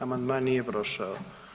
Amandman nije prošao.